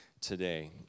today